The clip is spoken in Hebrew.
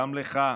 גם לך,